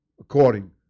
according